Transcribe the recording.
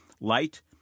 Light